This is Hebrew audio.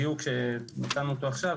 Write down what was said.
דיוק שנתנו אותו עכשיו,